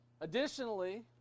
Additionally